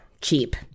cheap